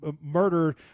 murder